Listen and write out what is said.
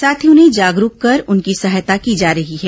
साथ ही उन्हें जागरूक कर उनकी सहायता की जा रही है